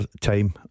time